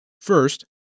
First